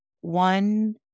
one